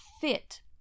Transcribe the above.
fit